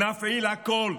נפעיל הכול,